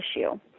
issue